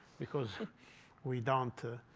because we don't